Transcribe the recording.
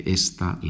esta